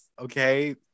Okay